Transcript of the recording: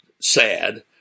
sad